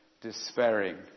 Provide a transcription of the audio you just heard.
despairing